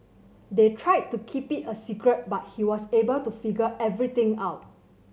they tried to keep it a secret but he was able to figure everything out